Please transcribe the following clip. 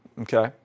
Okay